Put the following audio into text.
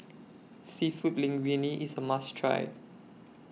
Seafood Linguine IS A must Try